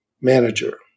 manager